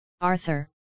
Arthur